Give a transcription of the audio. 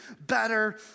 better